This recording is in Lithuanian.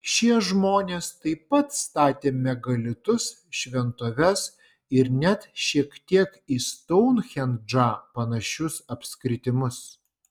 šie žmonės taip pat statė megalitus šventoves ir net šiek tiek į stounhendžą panašius apskritimus